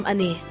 Ani